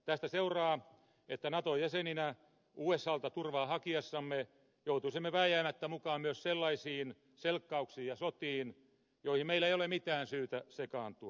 tästä seuraa että naton jäsenenä usalta turvaa hakiessamme joutuisimme vääjäämättä mukaan myös sellaisiin selkkauksiin ja sotiin joihin meillä ei ole mitään syytä sekaantua